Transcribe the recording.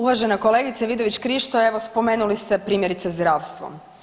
Uvažena kolegice Vidović Krišto, evo spomenuli ste primjerice zdravstvo.